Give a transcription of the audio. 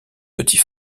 petit